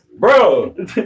Bro